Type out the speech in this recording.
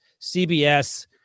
CBS